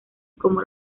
como